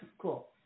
cool